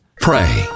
Pray